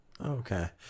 Okay